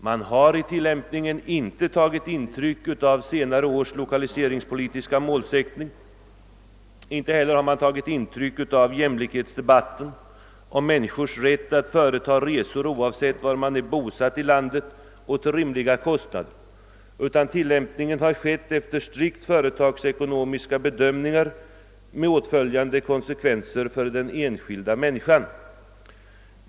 Man har vid tillämpningen inte tagit intryck av senare års lokaliseringspolitiska målsättning och inte heller av jämlikhetsdebatten om människors rätt att till rimliga kostnader företa resor oavseit var i landet de är bosatta. Rent företagsekonomiska bedömningar har legat till grund för tillämpningen med de konsekvenser som detta har inneburit för den enskilda människan.